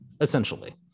essentially